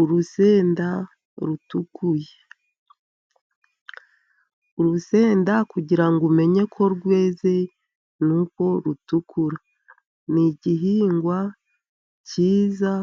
Urusenda rutukuye. Urusenda kugira ngo umenye ko rweze nuko rutukura NI igihingwa cyiza